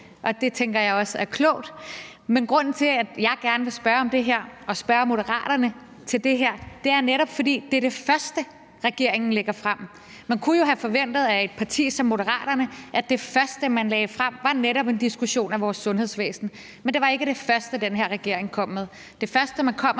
og det tænker jeg også er klogt. Men grunden til, at jeg gerne vil spørge Moderaterne om det her, er netop, at det er det første, som regeringen lægger frem. Man kunne jo have forventet af et parti som Moderaterne, at det første, de lagde frem, netop var en diskussion af vores sundhedsvæsen. Men det var ikke det første, den her regering kom med. Det første, man kommer